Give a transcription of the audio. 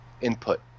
input